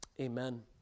amen